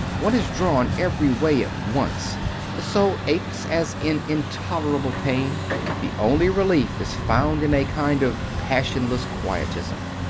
one is drawn every way at once the soul aches as in intolerable pain the only relief is found in a kind of passionless quietism.